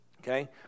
okay